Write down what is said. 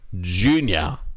Junior